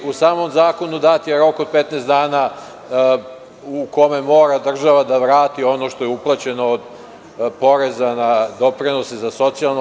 U samom zakonu dat je rok od 15 dana u kome mora država da vrati ono što je uplaćeno od poreza na doprinose za socijalno.